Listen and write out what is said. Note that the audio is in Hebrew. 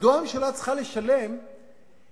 מדוע הממשלה צריכה לשלם פי-שלושה